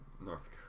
North